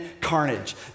carnage